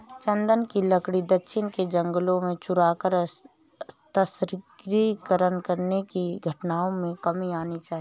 चन्दन की लकड़ी दक्षिण के जंगलों से चुराकर तस्करी करने की घटनाओं में कमी आनी चाहिए